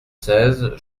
seize